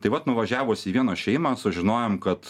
taip vat nuvažiavus į vieną šeimą sužinojom kad